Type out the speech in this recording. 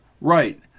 Right